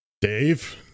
Dave